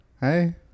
hey